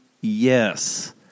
yes